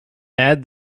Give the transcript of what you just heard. add